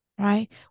Right